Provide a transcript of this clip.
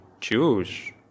choose